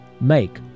make